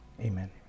amen